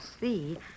see